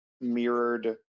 mirrored